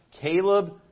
caleb